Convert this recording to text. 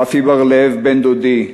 רפי בר-לב, בן-דודי,